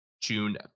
June